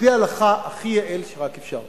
על-פי ההלכה הכי יאה שרק אפשר.